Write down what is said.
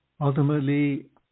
ultimately